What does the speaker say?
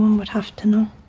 would have to know